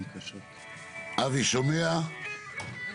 כשאת שומעת את הדברים האלה, מה התובנות שלך?